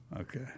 Okay